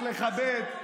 בסדר.